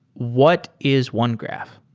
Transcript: what is onegraph?